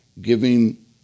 giving